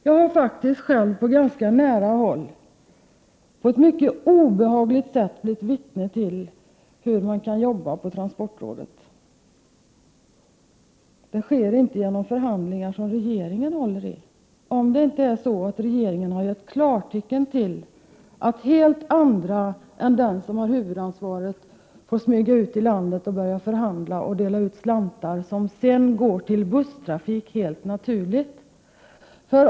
Jag har faktiskt själv på ganska nära håll på ett mycket obehagligt sätt blivit vittne till hur man kan arbeta på transportrådet. Det sker inte genom förhandlingar som regeringen håller i, om det nu inte är så att regeringen har gett klartecken till att helt andra än dem som har huvudansvaret får smyga ut i landet, börja förhandla och dela ut slantar, som sedan går till busstrafiken helt naturligt.